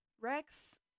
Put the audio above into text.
Rex